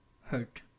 hurt